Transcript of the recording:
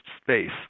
space